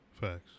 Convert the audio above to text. Facts